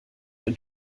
ein